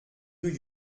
rue